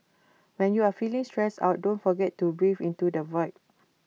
when you are feeling stressed out don't forget to breathe into the void